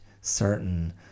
certain